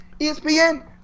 ESPN